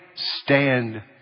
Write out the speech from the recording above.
stand